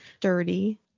dirty